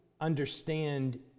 understand